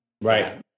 Right